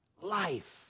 Life